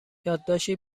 یادداشتی